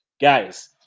guys